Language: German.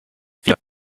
vier